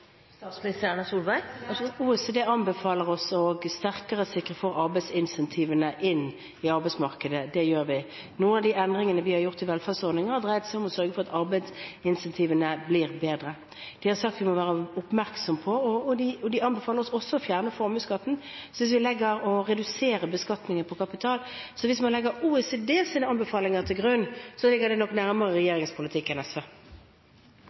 OECD anbefaler oss å sikre sterkere det å få arbeidsincentivene inn i arbeidsmarkedet. Det gjør vi. Noen av de endringene vi har gjort i velferdsordninger, dreide seg om å sørge for at arbeidsincentivene blir bedre. OECD anbefaler oss også å fjerne formuesskatten og redusere beskatningen på kapital. Så hvis man legger OECDs anbefalinger til grunn, så ligger de nok nærmere regjeringens politikk enn SVs politikk. Truls Wickholm – til oppfølgingsspørsmål. SV